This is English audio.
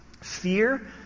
Fear